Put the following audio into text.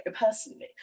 personally